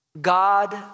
God